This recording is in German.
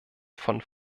von